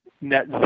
net